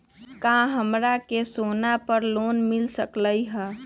का हमरा के सोना पर लोन मिल सकलई ह?